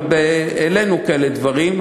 אבל העלינו כאלה דברים,